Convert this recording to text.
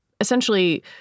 essentially